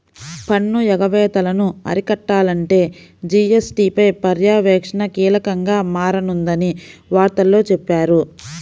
పన్ను ఎగవేతలను అరికట్టాలంటే జీ.ఎస్.టీ పై పర్యవేక్షణ కీలకంగా మారనుందని వార్తల్లో చెప్పారు